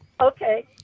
Okay